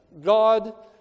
God